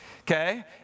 Okay